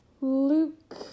Luke